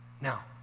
Now